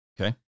Okay